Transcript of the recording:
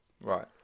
right